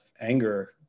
anger